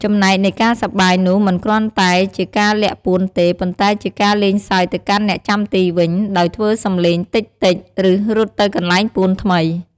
ចំំណែកនៃការសប្បាយនោះមិនគ្រាន់តែជាការលាក់ពួនទេ ប៉ុន្តែជាការលេងសើចទៅកាន់អ្នកចាំទីវិញ ដោយធ្វើសំលេងតិចៗ ឬ រត់ទៅកន្លែងពួនថ្មី។